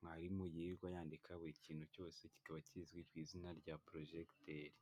mwarimu yirirwa yandika buri kintu cyose kikaba kizwi ku izina rya projector.